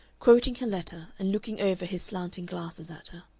quoting her letter and looking over his slanting glasses at her.